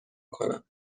کنم